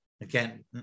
again